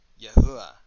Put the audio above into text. Yahuwah